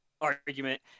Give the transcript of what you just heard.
argument